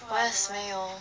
west 没有